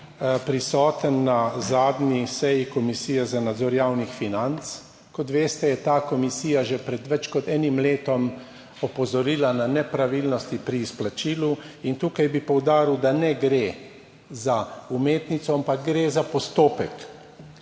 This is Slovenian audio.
prisoten na zadnji seji Komisije za nadzor javnih financ. Kot veste, je ta komisija že pred več kot enim letom opozorila na nepravilnosti pri izplačilu. In tukaj bi poudaril, da ne gre za umetnico, ampak gre za postopek,